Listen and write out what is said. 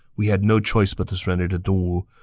we had no choice but to surrender to dongwu.